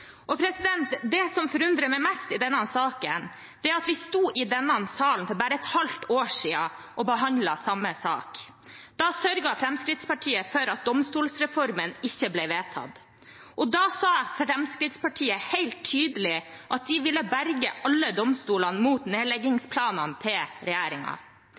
Det som forundrer meg mest i denne saken, er at da vi sto i denne sal for bare et halvt år siden og behandlet samme sak, sørget Fremskrittspartiet for at domstolsreformen ikke ble vedtatt, og da sa Fremskrittspartiet helt tydelig at de ville berge alle domstolene mot nedleggingsplanene til